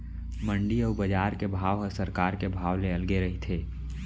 मंडी अउ बजार के भाव ह सरकार के भाव ले अलगे रहिथे